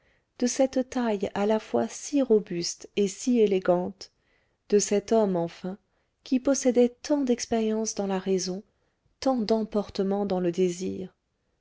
de cette taille à la fois si robuste et si élégante de cet homme enfin qui possédait tant d'expérience dans la raison tant d'emportement dans le désir